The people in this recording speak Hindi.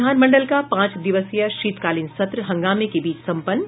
विधानमंडल का पांच दिवसीय शीतकालीन सत्र हंगामे के बीच संपन्न